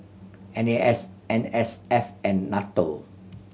N A S N S F and NATO